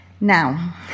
Now